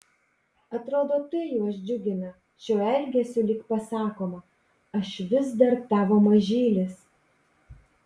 atrodo tai juos džiugina šiuo elgesiu lyg pasakoma aš vis dar tavo mažylis